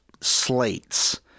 slates